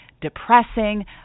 depressing